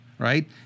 Right